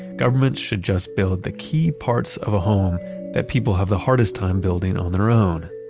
governments should just build the key parts of a home that people have the hardest time building on their own,